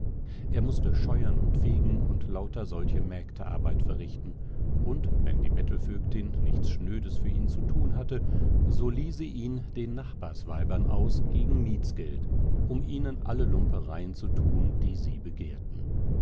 er mußte scheuern und fegen und lauter solche mägdearbeit verrichten und wenn die bettelvögtin nichts schnödes für ihn zu tun hatte so lieh sie ihn den nachbarsweibern aus gegen mietsgeld um ihnen alle lumpereien zu tun die sie begehrten